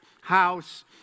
house